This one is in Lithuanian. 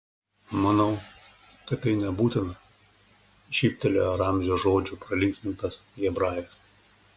manau kad tai nebūtina šyptelėjo ramzio žodžių pralinksmintas hebrajas